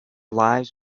lives